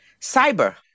Cyber